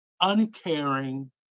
uncaring